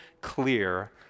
clear